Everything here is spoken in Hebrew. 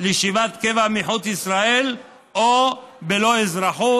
לישיבת קבע מחוץ לישראל או בלא אזרחות"